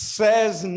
says